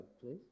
please